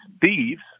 thieves